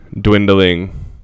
dwindling